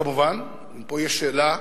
כמובן, פה יש שאלה